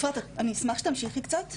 אפרת אני אשמח שתמשיכי קצת.